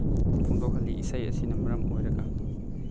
ꯐꯣꯡꯗꯣꯛꯍꯜꯂꯤ ꯏꯁꯩ ꯑꯁꯤꯅ ꯃꯔꯝ ꯑꯣꯏꯔꯒ